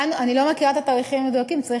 אלא על מנת שגם עוד 30 שנה מהיום ו-100 שנה